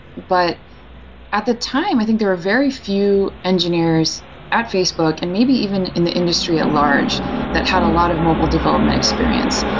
but at the time, i think there are very few engineers at facebook and maybe even in the industry at large that had a lot of mobile development experience.